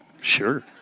Sure